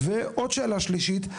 ועוד שאלה שלישית,